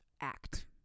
act